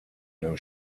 know